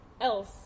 else